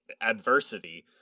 adversity